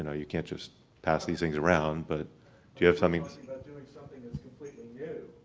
know, you can't just pass these things around. but do you have something but doing something that's completely new.